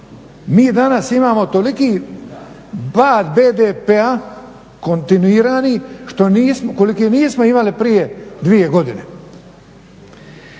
mi danas imamo toliki pad BDP-a kontinuirani što nismo, koliki nismo imali prije dvije godine.